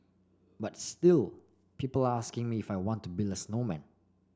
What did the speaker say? but still people asking me if I want to build a snowman